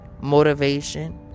motivation